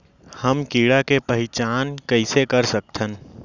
हम कीड़ा के पहिचान कईसे कर सकथन